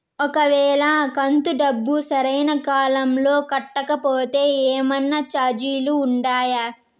ఒక వేళ కంతు డబ్బు సరైన కాలంలో కట్టకపోతే ఏమన్నా చార్జీలు ఉండాయా?